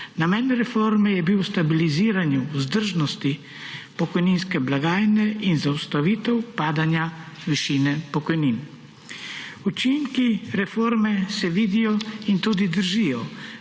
Namen reforme je bil stabiliziranje vzdržnosti pokojninske blagajne in zaustavitev padanja višine pokojnin. Učinki reforme se vidijo in tudi držijo,